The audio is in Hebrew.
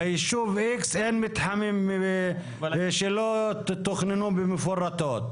לישוב X אין מתחמים שלא תוכננו במפורטות.